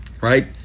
right